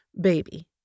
baby